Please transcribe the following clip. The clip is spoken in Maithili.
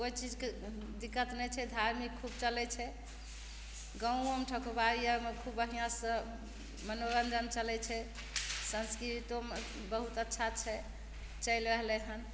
कोइ चीजके दिक्कत नहि छै धार्मिक खूब चलय छै गाँवोंमे ठाकुरबाड़ी आरमे खूब बढ़िआँसँ मनोरंजन चलय छै संस्कृतोमे बहुत अच्छा छै चलि रहलय हन